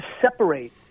separate